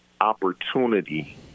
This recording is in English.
opportunity